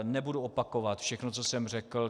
Nebudu opakovat všechno, co jsem řekl.